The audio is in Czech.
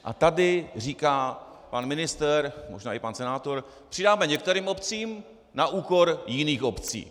A tady říká pan ministr, možná i pan senátor přidáme některým obcím na úkor jiných obcí.